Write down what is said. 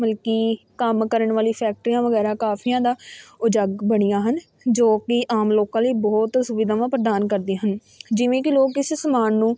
ਮਲ ਕਿ ਕੰਮ ਕਰਨ ਵਾਲੀ ਫੈਕਟਰੀਆਂ ਵਗੈਰਾ ਕਾਫ਼ੀਆਂ ਦਾ ਉਹ ਜੱਗ ਬਣੀਆਂ ਹਨ ਜੋ ਕਿ ਆਮ ਲੋਕਾਂ ਲਈ ਬਹੁਤ ਸੁਵਿਧਾਵਾਂ ਪ੍ਰਦਾਨ ਕਰਦੀਆਂ ਹਨ ਜਿਵੇਂ ਕਿ ਲੋਕ ਕਿਸੇ ਸਮਾਨ ਨੂੰ